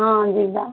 ହଁ ଯିବା